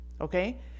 okay